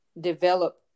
develop